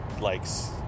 likes